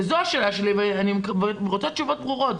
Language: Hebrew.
וזו השאלה שלי, ואני רוצה תשובות ברורות.